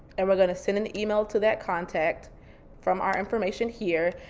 and we're gonna send an email to that contact from our information here.